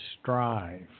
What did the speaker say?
strive